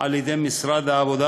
על-ידי משרד העבודה,